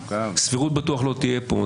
סבירות בטוח לא תהיה פה.